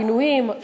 עינויים,